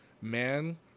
man